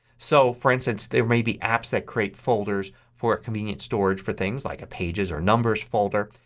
so, for instance, there may be apps that create folders for convenience storage for things like a pages or numbers folder.